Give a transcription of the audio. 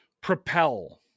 propel